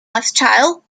lifestyle